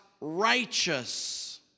righteous